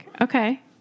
Okay